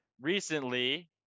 recently